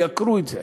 תייקרו את זה,